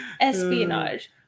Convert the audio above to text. espionage